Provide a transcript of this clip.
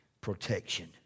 protection